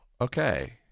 okay